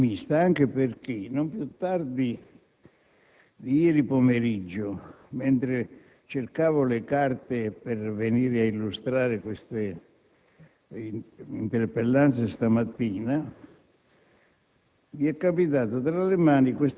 si tratta di vedere come finirà. Sono pessimista anche perché non più tardi di ieri pomeriggio, mentre cercavo le carte per venire ad illustrare queste